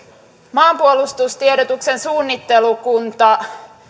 maanpuolustustiedotuksen suunnittelukunta